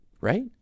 right